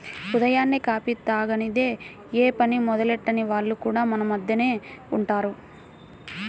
ఉదయాన్నే కాఫీ తాగనిదె యే పని మొదలెట్టని వాళ్లు కూడా మన మద్దెనే ఉంటారు